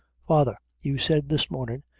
father, you said this mornin',